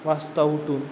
वाजता ऊठून